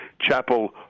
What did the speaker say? Chapel